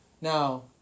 now